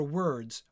words